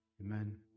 Amen